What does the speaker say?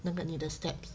那个你的 steps